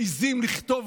מעיזים לכתוב